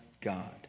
God